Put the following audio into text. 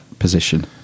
position